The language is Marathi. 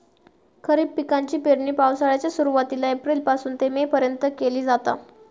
खरीप पिकाची पेरणी पावसाळ्याच्या सुरुवातीला एप्रिल पासून ते मे पर्यंत केली जाता